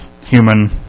human